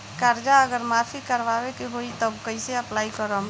कर्जा अगर माफी करवावे के होई तब कैसे अप्लाई करम?